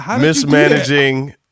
mismanaging